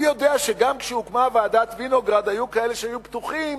אני יודע שגם כשהוקמה ועדת-וינוגרד היו כאלה שהיו בטוחים